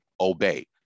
obey